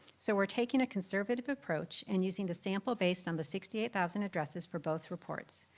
so were taking a conservative approach and using the sample based on the sixty eight thousand addresses for both reports.